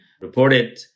reported